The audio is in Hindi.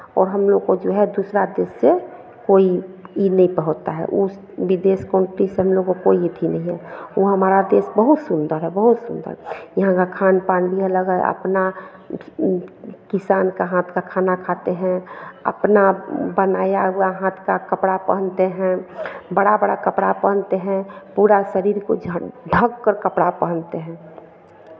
और हम लोग को जो है दूसरा देश से कोई ई नहीं होता है उस विदेश कंट्री से हम लोगों को कोई अथि नहीं है वो हमारा देश बहुत सुन्दर है बहुत सुन्दर यहाँ के खान पान भी अलग है अपना किसान का हाथ का खाना खाते हैं अपना बनाया हुआ हाथ का कपड़ा पहनते हैं बड़ा बड़ा कपड़ा पहनते हैं पूरा शरीर को झ ढँककर कपड़ा पहनते हैं